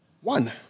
one